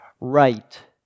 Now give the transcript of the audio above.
right